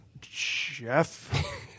Jeff